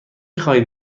خواهید